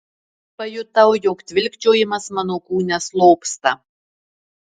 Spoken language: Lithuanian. pajutau jog tvilkčiojimas mano kūne slopsta